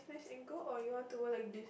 can go or you want to wear like this